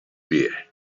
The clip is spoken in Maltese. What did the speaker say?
bih